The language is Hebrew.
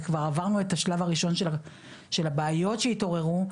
וכבר עברנו את השלב הראשון של הבעיות שהתעוררו,